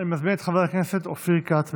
אני מזמין את חבר הכנסת אופיר כץ,